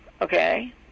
okay